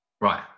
Right